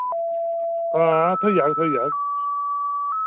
आं थ्होई जाह्ग थ्होई जाह्ग